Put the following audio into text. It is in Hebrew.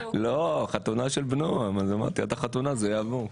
לא, החתונה של בנו אז אמרתי שעד החתונה זה יעבור.